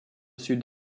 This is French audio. sud